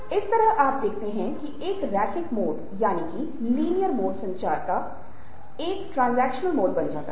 इस तरह आप देखते हैं कि एक रैखिक मोड संचार का एक ट्रांजेक्शनल मोड बन जाता है